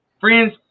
friends